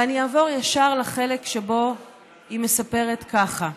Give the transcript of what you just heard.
ואני אעבור ישר לחלק שבו היא מספרת ככה: